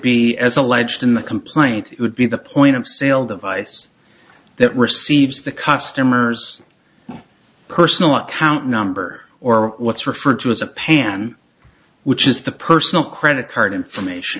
complaint would be the point of sale device that receives the customer's personal account number or what's referred to as a pan which is the personal credit card information